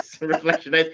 Reflection